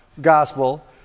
gospel